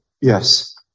Yes